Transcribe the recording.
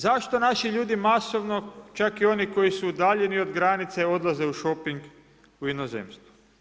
Zašto naši ljudi masovno, čak i oni koji su udaljeni od granice, odlaze u šoping u inozemstvo?